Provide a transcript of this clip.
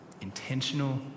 intentional